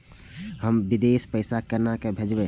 हम विदेश पैसा केना भेजबे?